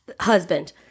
husband